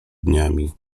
dniami